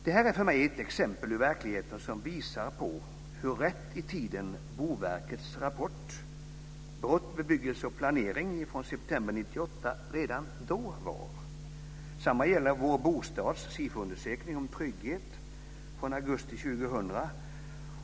Detta är för mig ett exempel ur verkligheten som visar hur rätt i tiden Boverkets rapport Brott, bebyggelse och planering från september 1998 redan då var. Detsamma gäller Vår Bostads SIFO undersökning om trygghet från augusti 2000.